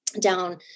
down